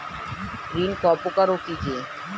ঋণ কয় প্রকার ও কি কি?